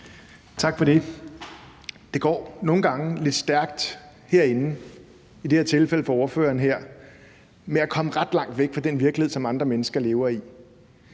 Tak for det. Det går nogle gange lidt stærkt herinde – i det her tilfælde for ordføreren her – med at komme ret langt væk fra den virkelighed, som andre mennesker lever i.